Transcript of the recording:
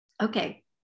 Okay